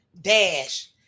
Dash